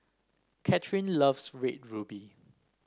Kathyrn loves Red Ruby